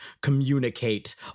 communicate